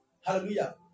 Hallelujah